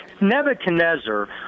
Nebuchadnezzar